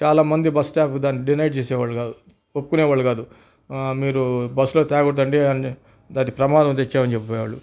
చాలామంది bus stop దానికి denied చేసే వాళ్ళు కాదు ఒప్పుకునే వాళ్ళు కాదు మీరు బస్సులో తేగూడదండి అది ప్రమాదమని చెప్పేవాళ్ళు